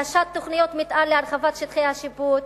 הגשת תוכניות מיתאר להרחבת שטחי השיפוט.